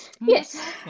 Yes